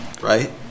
right